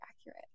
accurate